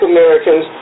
Americans